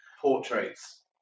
portraits